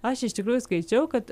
aš iš tikrųjų skaičiau kad